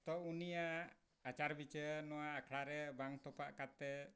ᱛᱚ ᱩᱱᱤᱭᱟᱜ ᱟᱪᱟᱨ ᱵᱤᱪᱟᱹᱨ ᱱᱚᱣᱟ ᱟᱠᱷᱲᱟ ᱨᱮ ᱵᱟᱝ ᱛᱚᱯᱟᱜ ᱠᱟᱛᱮ